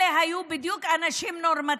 אלה היו אנשים נורמטיביים.